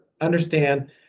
understand